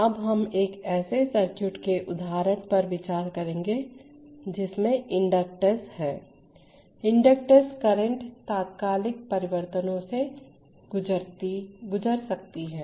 अब हम एक ऐसे सर्किट के उदाहरण पर विचार करेंगे जिसमें इंडक्टर्स हैं इंडक्टर्स करंट तात्कालिक परिवर्तनों से गुजर सकती हैं